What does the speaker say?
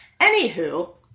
Anywho